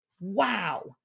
Wow